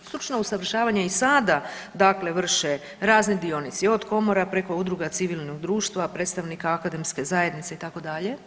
Stručno usavršavanje i sada dakle vrše razni dionici, od komora preko udruga civilnog društva, predstavnika akademske zajednice itd.